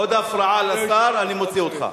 עוד הפרעה לשר, אני מוציא אותך.